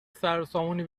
سروسامونی